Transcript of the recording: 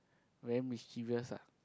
very mischievous ah